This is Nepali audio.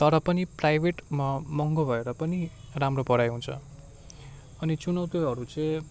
तर पनि प्राइभेटमा महँगो भएर पनि राम्रो पढाइ हुन्छ अनि चुनौतीहरू चाहिँ